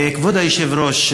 כבוד היושב-ראש,